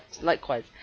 likewise